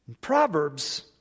Proverbs